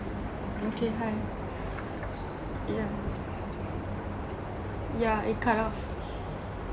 okay hi yeah yeah it cut off